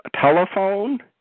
Telephone